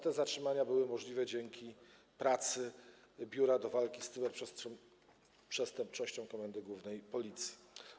Te zatrzymania były możliwe dzięki pracy Biura do Walki z Cyberprzestępczością Komendy Głównej Policji.